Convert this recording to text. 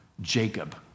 Jacob